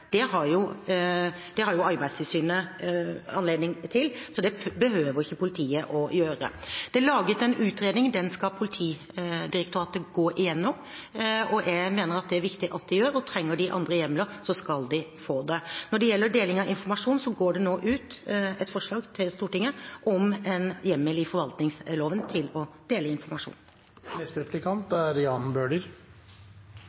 Det har jo Arbeidstilsynet anledning til, så det behøver ikke politiet å gjøre. Det er laget en utredning. Den skal Politidirektoratet gå gjennom. Det mener jeg det er viktig at de gjør, og trenger de andre hjemler, skal de få det. Når det gjelder deling av informasjon, går det nå ut et forslag til Stortinget om en hjemmel i forvaltningsloven til å dele informasjon.